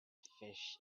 fish